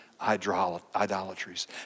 idolatries